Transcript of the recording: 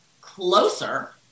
closer